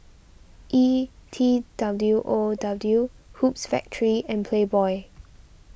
E T W O W Hoops Factory and Playboy